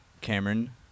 Cameron